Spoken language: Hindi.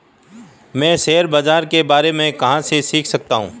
मैं शेयर बाज़ार के बारे में कहाँ से सीख सकता हूँ?